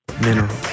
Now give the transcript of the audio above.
Mineral